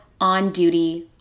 on-duty